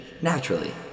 naturally